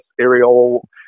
aerial